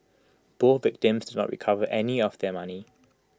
both victims did not recover any of their money